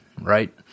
right